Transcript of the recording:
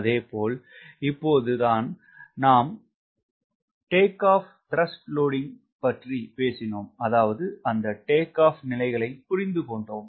அதே போல் இப்போது தான் நாம் பற்றி பேசினோம் அதாவது அந்த டேக் ஆப் நிலைகளை புரிந்து கொண்டோம்